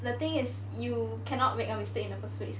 the thing is you cannot make a mistake in the first place